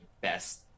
best